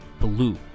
blue